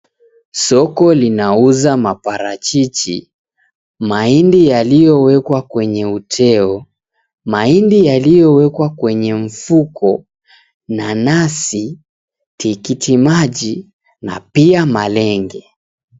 Soko linauza maparachichi ,mahindi yaliyo wekwa kwenye uteo ,mahindi yaliyowekwa kwenye mfuko ,nanasi ,tikitimaji na pia malenge.